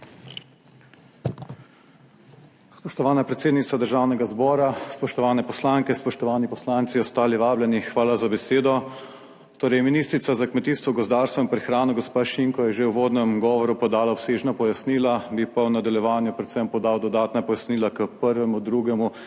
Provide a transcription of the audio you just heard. Spoštovana predsednica Državnega zbora, spoštovane poslanke, spoštovani poslanci, ostali vabljeni. Hvala za besedo. Torej ministrica za kmetijstvo, gozdarstvo in prehrano, gospa Šinko je že v uvodnem govoru podala obsežna pojasnila, bi pa v nadaljevanju predvsem podal dodatna pojasnila k prvemu, drugemu